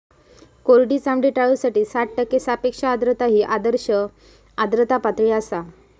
कोरडी चामडी टाळूसाठी साठ टक्के सापेक्ष आर्द्रता ही आदर्श आर्द्रता पातळी आसा